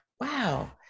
Wow